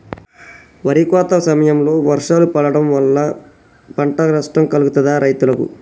వరి కోత సమయంలో వర్షాలు పడటం వల్ల పంట నష్టం కలుగుతదా రైతులకు?